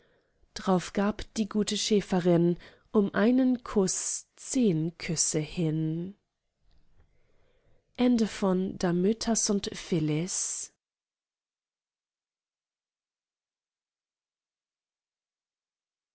drauf gab die gute schäferin um einen kuß zehn küsse hin